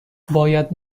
باید